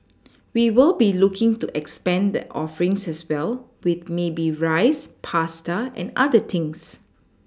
we will be looking to expand the offerings as well with maybe rice pasta and other things